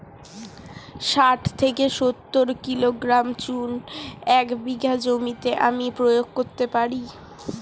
শাঠ থেকে সত্তর কিলোগ্রাম চুন এক বিঘা জমিতে আমি প্রয়োগ করতে পারি?